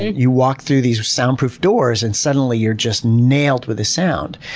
you walk through these soundproof doors and suddenly you're just nailed with the sound,